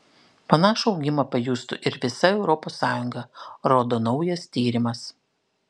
panašų augimą pajustų ir visa europos sąjunga rodo naujas tyrimas